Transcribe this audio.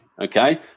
Okay